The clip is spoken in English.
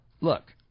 Look